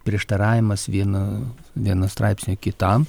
prieštaravimas vien vieno straipsnio kitam